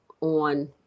on